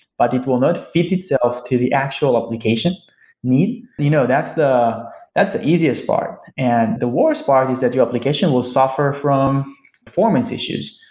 but it will not fit itself to the actual application need. you know that's the that's the easiest part. and the worst part is that your application will suffer from performance issues.